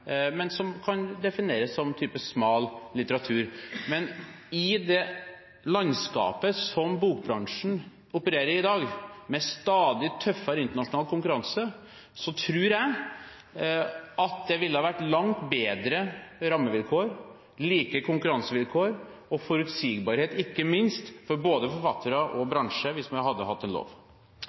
men som kan defineres som smal litteratur. I det landskapet som bokbransjen opererer i i dag, med stadig tøffere internasjonal konkurranse, tror jeg at det ville ha vært langt bedre rammevilkår, like konkurransevilkår og ikke minst forutsigbarhet for både forfattere og bransje hvis man hadde hatt en lov.